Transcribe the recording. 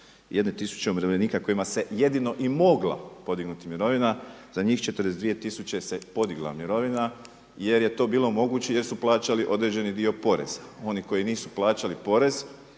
od 151000 umirovljenika kojima se jedino i mogla podignuti mirovina za njih 42000 se podigla mirovina jer je to bilo moguće jer su plaćali određeni dio poreza. Oni koji nisu plaćali porez